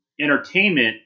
entertainment